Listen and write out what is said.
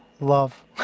love